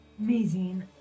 Amazing